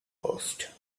post